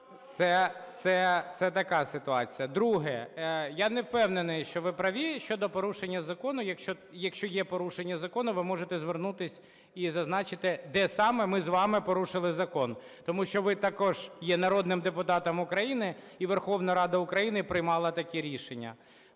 Це така ситуація. Друге. Я не впевнений, що ви праві щодо порушення закону. Якщо є порушення закону, ви можете звернутись і зазначити, де саме ми з вами порушили закон. Тому що ви також є народним депутатом України, і Верховна Рада України приймала таке рішення.